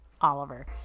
Oliver